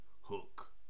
hook